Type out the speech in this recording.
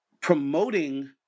promoting